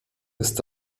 ist